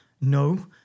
No